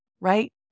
right